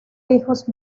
hijos